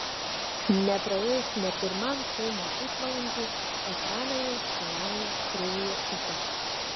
nepraėjus nė pirmam filmo pusvalandžiui ekraną jau skalauja kraujo upės